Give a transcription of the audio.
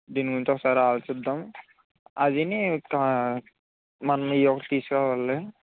దీని గురించి ఒకసారి ఆలోచిద్దాం అది మనము ఎవరు తీసుకోవాలి